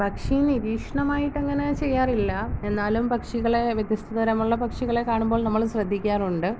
പക്ഷി നിരീക്ഷണമായിട്ടങ്ങനെ ചെയ്യാറില്ല എന്നാലും പക്ഷികളെ വ്യത്യസ്ത തരമുള്ള പക്ഷികളെ കാണുമ്പോൾ നമ്മള് ശ്രദ്ധിക്കാറുണ്ട്